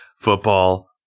Football